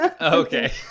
Okay